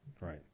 Right